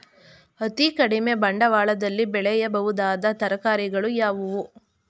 ಅತೀ ಕಡಿಮೆ ಬಂಡವಾಳದಲ್ಲಿ ಬೆಳೆಯಬಹುದಾದ ತರಕಾರಿಗಳು ಯಾವುವು?